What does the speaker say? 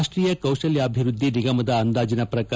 ರಾಷ್ಟೀಯ ಕೌಶಲ್ಡಾಜಿವೃದ್ಧಿ ನಿಗಮದ ಅಂದಾಜಿನ ಪ್ರಕಾರ